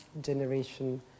Generation